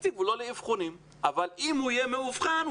התקציב הוא לא לאבחון אבל אם הוא יאובחן,